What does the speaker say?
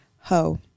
Ho